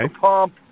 pump